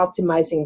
optimizing